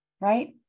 right